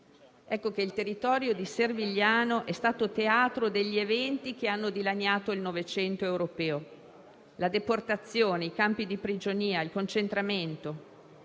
e morire. Il territorio di Servigliano è stato teatro degli eventi che hanno dilaniato il Novecento europeo. Con la deportazione, i campi di prigionia e il concentramento